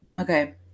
Okay